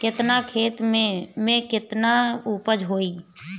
केतना खेत में में केतना उपज होई?